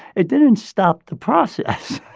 it didn't stop the process